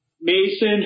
Mason